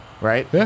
Right